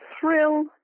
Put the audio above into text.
thrill